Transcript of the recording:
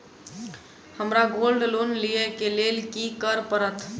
हमरा gold loan लिय केँ लेल की करऽ पड़त?